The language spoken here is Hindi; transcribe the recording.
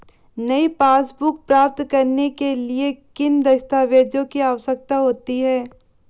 नई पासबुक प्राप्त करने के लिए किन दस्तावेज़ों की आवश्यकता होती है?